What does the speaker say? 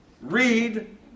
read